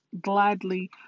gladly